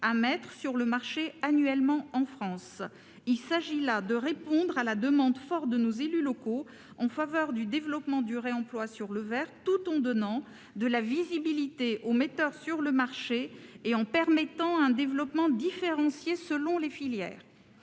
à mettre sur le marché annuellement en France. Il s'agit là de répondre à la demande forte de nos élus locaux en faveur du développement du réemploi du verre, tout en donnant de la visibilité aux metteurs sur le marché et en permettant un développement différencié selon les filières.